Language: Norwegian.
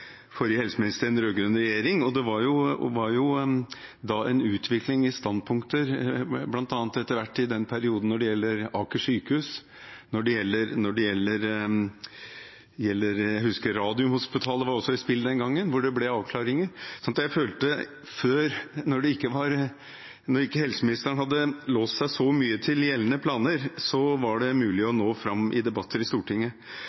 forrige helseminister, i den rød-grønne regjeringen, og det var en utvikling i standpunkter etter hvert i den perioden når det gjelder bl.a. Aker sykehus – og jeg husker Radiumhospitalet også var i spill den gangen – hvor det ble avklaringer. Så jeg følte før, når ikke helseministeren hadde låst seg så mye til gjeldende planer, at det var mulig å nå fram i debatter i Stortinget.